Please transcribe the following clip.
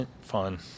fun